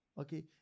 okay